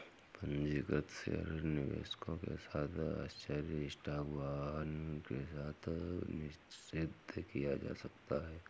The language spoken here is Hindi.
पंजीकृत शेयर निवेशकों के साथ आश्चर्य स्टॉक वाहन के साथ निषिद्ध किया जा सकता है